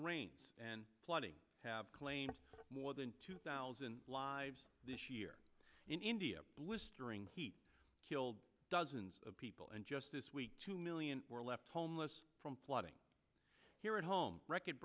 rains and flooding have claimed more than two thousand lives this year in india blistering heat killed dozens of people and just this week two million were left homeless from flooding here at home record